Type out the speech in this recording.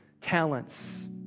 talents